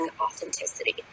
authenticity